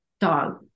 dog